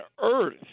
earth